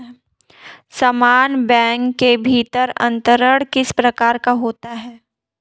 समान बैंक के भीतर अंतरण किस प्रकार का होता है?